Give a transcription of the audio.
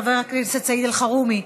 חברת הכנסת סעיד אלחרומי,